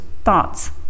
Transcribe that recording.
thoughts